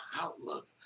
outlook